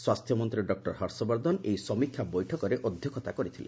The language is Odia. ସ୍ୱାସ୍ଥ୍ୟ ମନ୍ତ୍ରୀ ଡକ୍ଟର ହର୍ଷବର୍ଦ୍ଧନ ଏହି ସମୀକ୍ଷା ବୈଠକରେ ଅଧ୍ୟକ୍ଷତା କରିଥିଲେ